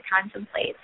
contemplate